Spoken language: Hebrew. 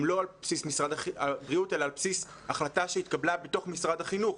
הם לא על בסיס משרד הבריאות אלא על בסיס החלטה התקבלה בתוך משרד החינוך.